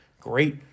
great